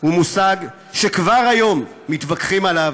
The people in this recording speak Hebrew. הוא מושג שכבר היום מתווכחים עליו.